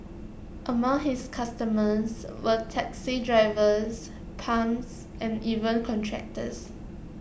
among his customers were taxi drivers pimps and even contractors